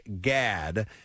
Gad